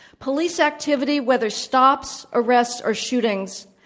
police activity, whether stops, arrests, or shootings,